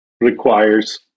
requires